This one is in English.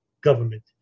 government